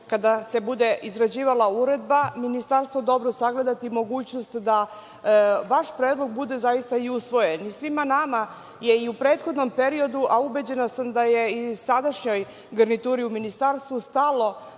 kada se bude izrađivala uredba Ministarstvo dobro sagledati mogućnost da vaš predlog bude zaista i usvojen. Svima nama je i u prethodnom periodu, a ubeđena sam da je i sadašnjoj garnituri u Ministarstvu stalo